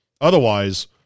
Otherwise